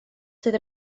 sydd